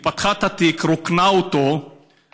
היא פתחה את התיק, רוקנה אותו והיא